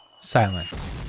silence